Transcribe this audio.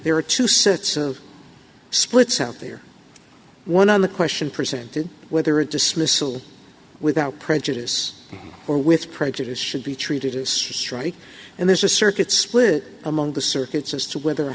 there are two sets of splits out there one of the question presented whether a dismissal without prejudice or with prejudice should be treated as a strike and there's a circuit split among the circuits as to whether